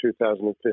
2015